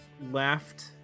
left